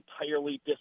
entirely